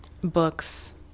books